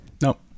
Nope